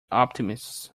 optimists